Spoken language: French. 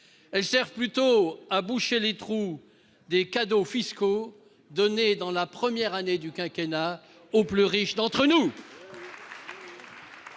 Elles servent plutôt à boucher les trous des cadeaux fiscaux donnés, dans la première année du quinquennat, aux plus riches.